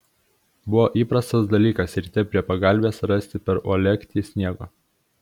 buvo įprastas dalykas ryte prie pagalvės rasti per uolektį sniego